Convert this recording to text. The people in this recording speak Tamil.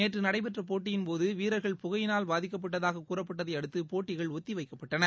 நேற்று நடைபெற்ற போட்டியின்போது வீரர்கள் புகையினால் பாதிக்கப்பட்டதாக கூறப்பட்டதை அடுத்து போட்டிகள் ஒத்தி வைக்கப்பட்டன